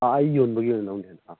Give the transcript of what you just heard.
ꯑꯥ ꯌꯣꯟꯕꯒꯤ ꯑꯣꯏꯅ ꯂꯧꯅꯤ